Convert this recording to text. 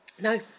No